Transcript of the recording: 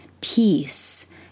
peace